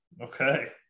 Okay